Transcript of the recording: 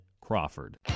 Crawford